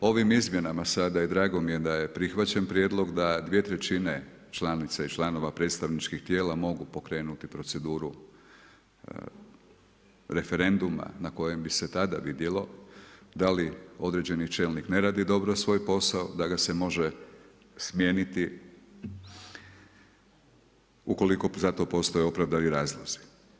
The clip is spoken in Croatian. Ovim izmjenama sada i drago mi je da je prihvaćen prijedlog, da dvije trećine članica i članova predstavničkih tijela mogu pokrenuti proceduru referenduma na kojem bi se tada vidjelo da li određeni čelnik ne radi dobro svoj posao, da ga se može smijeniti ukoliko za to postoje opravdani razlozi.